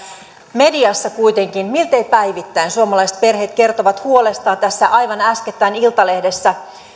mediassa kuitenkin miltei päivittäin suomalaiset perheet kertovat huolestaan tässä aivan äskettäin iltalehdessä